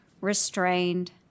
restrained